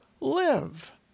live